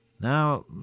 Now